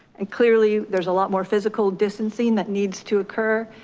and clearly, there's a lot more physical distancing that needs to occur.